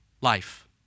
life